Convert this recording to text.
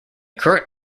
current